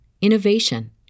innovation